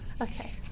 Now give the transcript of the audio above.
Okay